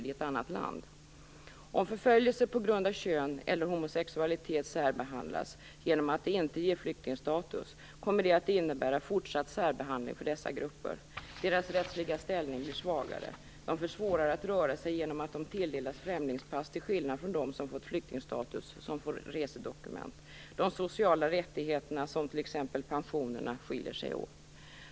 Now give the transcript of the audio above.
Om förföljelse på grund av kön eller homosexualitet särbehandlas genom att det inte ger flyktingstatus, kommer det att innebära fortsatt särbehandling för dessa grupper. Deras rättsliga ställning blir svagare. De får svårare att röra sig genom att de tilldelas främlingspass till skillnad från dem som fått flyktingstatus som får resedokument. De sociala rättigheterna, t.ex. pensionerna, skiljer sig åt.